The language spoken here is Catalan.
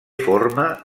forma